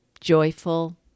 joyful